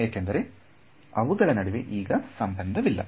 ಏಕೆಂದರೆ ಅವುಗಳ ನಡುವೆ ಈಗ ಸಂಬಂಧವಿಲ್ಲ